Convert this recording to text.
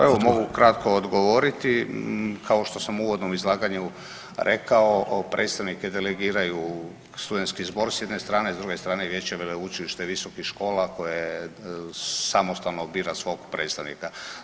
Pa evo mogu kratko odgovoriti, kao što sam u uvodnom izlaganju rekao predstavnike delegiraju studentski zbor s jedne strane, s druge strane i vijeće veleučilišta i visokih škola koje samostalno bira svog predstavnika.